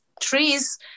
trees